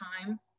time